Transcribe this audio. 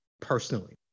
personally